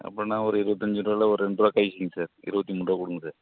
அப்போனா ஒரு இருபத்தஞ்சி ரூவால ஒரு ரெண்டு ரூவா கழிச்சிக்கிங்க சார் இருபத்தி மூன்றுரூபா கொடுங்க சார்